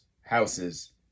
houses